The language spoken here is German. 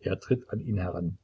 er tritt an ihn heran